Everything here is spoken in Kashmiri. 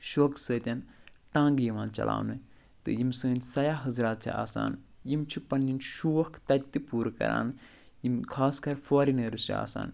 شوقہٕ سۭتۍ ٹانٛگہٕ یِوان چلاونہٕ تہٕ یِم سٲنۍ سیاح حضرات چھِ آسان یِم چھِ پَنٕنۍ شوق تَتہِ تہِ پوٗرٕ کران یِم خاص کر فارِنٲرٕس چھِ آسان